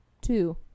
Two